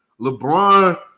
LeBron